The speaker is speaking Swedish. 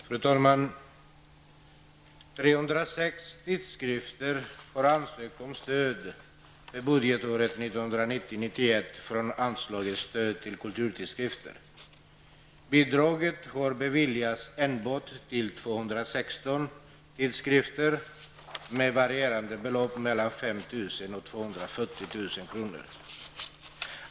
Fru talman! 306 tidskrifter har ansökt om stöd för budgetåret 1990/91 från anslaget Stöd till kulturtidskrifter. Bidrag har beviljats enbart till 216 tidskrifter med belopp som har varierat mellan 5 000 och 240 000 kr.